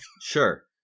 Sure